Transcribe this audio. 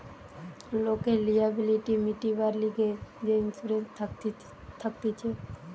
লোকের লিয়াবিলিটি মিটিবার লিগে যে ইন্সুরেন্স থাকতিছে